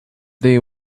they